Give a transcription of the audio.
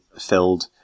filled